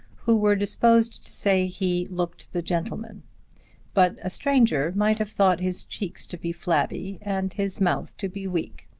who were disposed to say he looked the gentleman but a stranger might have thought his cheeks to be flabby and his mouth to be weak.